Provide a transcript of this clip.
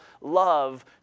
love